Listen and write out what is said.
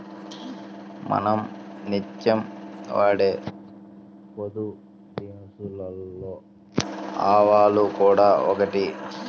మనం నిత్యం వాడే పోపుదినుసులలో ఆవాలు కూడా ఒకటి